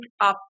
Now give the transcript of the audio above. up